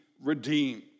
redeemed